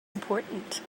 important